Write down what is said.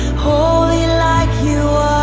holy like you